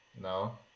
No